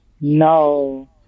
no